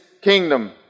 kingdom